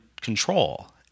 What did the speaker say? control